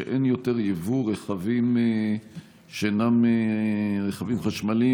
שאין יותר יבוא רכבים שאינם רכבים חשמליים,